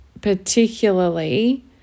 Particularly